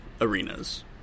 arenas